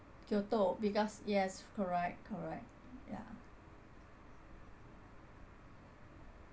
kyoto because yes correct correct yeah